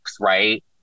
right